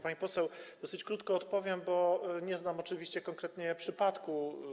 Pani poseł, dosyć krótko odpowiem, bo nie znam oczywiście konkretnie przypadku.